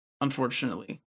unfortunately